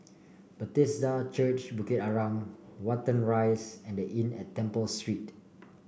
Bethesda Church Bukit Arang Watten Rise and The Inn at Temple Street